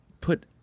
put